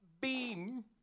beam